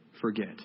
forget